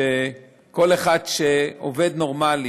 שכל אחד שעובד נורמלי